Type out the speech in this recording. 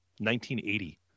1980